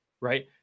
right